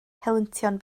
helyntion